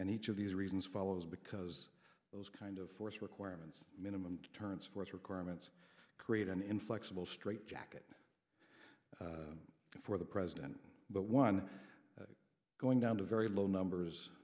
and each of these reasons follows because those kind of force requirements minimum deterrence force requirements create an inflexible straitjacket for the president but one going down to very low numbers